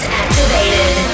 activated